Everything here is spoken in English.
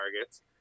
targets